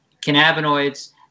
cannabinoids